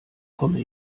komme